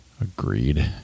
agreed